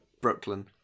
Brooklyn